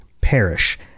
perish—